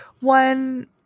one